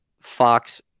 Fox